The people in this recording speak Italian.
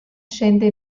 scende